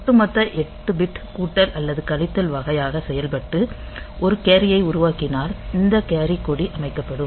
ஒட்டுமொத்த 8 பிட் கூட்டல் அல்லது கழித்தல் வகையாக செயல்பட்டு ஒரு கேரியை உருவாக்கினால் இந்த கேரி கொடி அமைக்கப்படும்